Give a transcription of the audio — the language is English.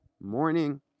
morning